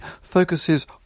focuses